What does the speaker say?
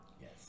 Yes